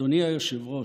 אדוני היושב-ראש,